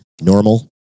Normal